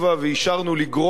ואישרנו לגרוע,